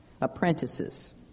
apprentices